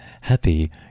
happy